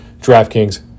DraftKings